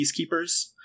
peacekeepers